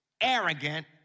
arrogant